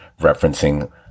referencing